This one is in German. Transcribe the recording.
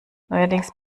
neuerdings